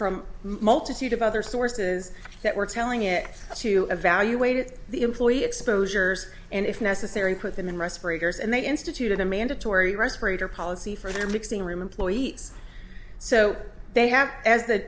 from multitude of other sources that were telling it to evaluated the employee exposures and if necessary put them in respirators and they instituted a mandatory respirator policy for mixing room employees so they have as the